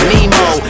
Nemo